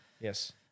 yes